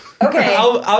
Okay